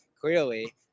clearly